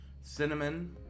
cinnamon